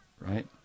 Right